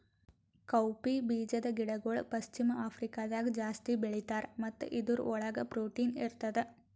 cowpea ಬೀಜದ ಗಿಡಗೊಳ್ ಪಶ್ಚಿಮ ಆಫ್ರಿಕಾದಾಗ್ ಜಾಸ್ತಿ ಬೆಳೀತಾರ್ ಮತ್ತ ಇದುರ್ ಒಳಗ್ ಪ್ರೊಟೀನ್ ಇರ್ತದ